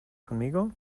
conmigo